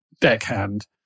deckhand